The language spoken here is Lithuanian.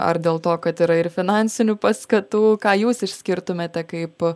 ar dėl to kad yra ir finansinių paskatų ką jūs išskirtumėte kaip